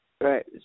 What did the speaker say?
Right